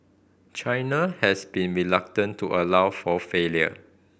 China has been reluctant to allow for failures